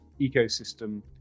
ecosystem